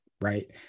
right